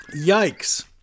Yikes